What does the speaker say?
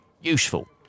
useful